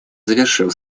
завершил